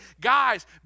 guys